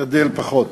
אשתדל פחות.